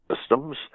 systems